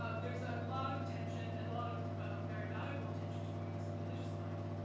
ah there's a lot of attention, and a lot of very valuable attention, to women's religious life,